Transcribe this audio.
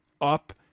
Up